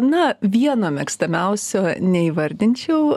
na vieno mėgstamiausio neįvardinčiau